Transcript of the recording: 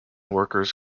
workers